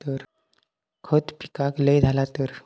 खता पिकाक लय झाला तर?